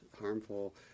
harmful